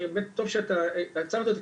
טוב שעצרת אותי,